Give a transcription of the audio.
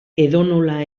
edonola